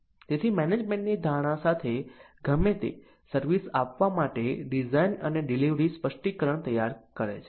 તેથી મેનેજમેન્ટની ધારણા સાથે ગમે તે સર્વિસ આપવા માટે ડિઝાઇન અને ડિલિવરી સ્પષ્ટીકરણો તૈયાર કરે છે